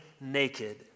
naked